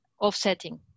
offsetting